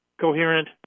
coherent